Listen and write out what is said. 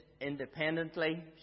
independently